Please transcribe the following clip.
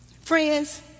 Friends